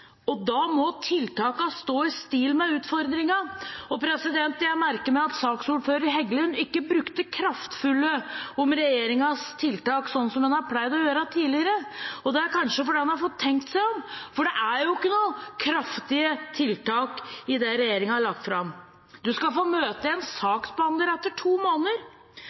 overfor. Da må tiltakene stå i stil med utfordringene. Jeg merket meg at saksordfører Heggelund ikke brukte «kraftfulle» om regjeringens tiltak, slik han har pleid å gjøre tidligere, og det er kanskje fordi han har fått tenkt seg om, for det er jo ikke noen kraftige tiltak i det regjeringen har lagt fram. Man skal få møte en saksbehandler etter to måneder.